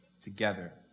together